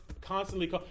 constantly